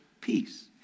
peace